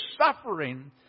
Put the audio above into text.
suffering